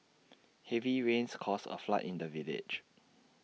heavy rains caused A flood in the village